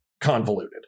convoluted